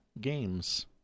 games